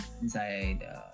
inside